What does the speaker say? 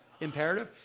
imperative